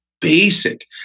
basic